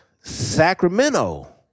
Sacramento